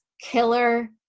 killer